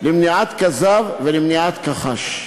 למניעת כזב ולמניעת כחש.